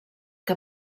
que